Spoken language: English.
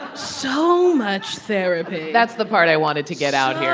ah so much therapy that's the part i wanted to get out here